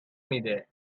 میده